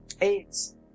AIDS